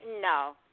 no